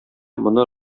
моны